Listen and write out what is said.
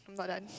not done